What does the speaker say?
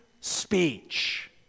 speech